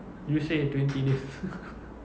you say twenty days